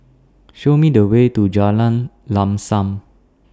Show Me The Way to Jalan Lam SAM